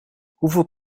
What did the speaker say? hoeveel